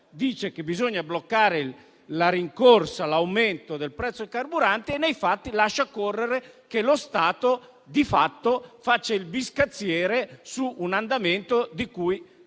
dice che bisogna bloccare l'aumento del prezzo del carburante e nei fatti lascia correre che lo Stato, di fatto, faccia il biscazziere su un andamento da cui